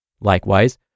Likewise